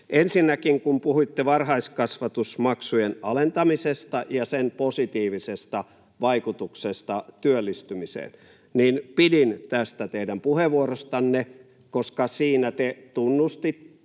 Ensinnäkin kun puhuitte varhaiskasvatusmaksujen alentamisesta ja sen positiivisesta vaikutuksesta työllistymiseen, niin pidin tästä teidän puheenvuorostanne, koska siinä te tunnistitte